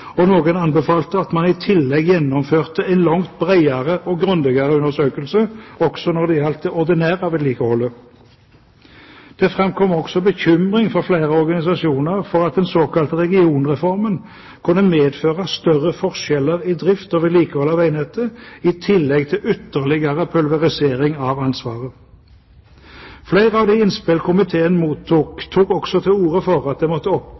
rapport. Noen anbefalte at man i tillegg gjennomførte en langt bredere og grundigere undersøkelse også når det gjaldt det ordinære vedlikeholdet. Det framkom også bekymring fra flere organisasjoner for at den såkalte regionreformen kunne medføre større forskjeller i drift og vedlikehold av veinettet i tillegg til ytterligere pulverisering av ansvaret. Flere av de innspill komiteen mottok, tok også til orde for at det måtte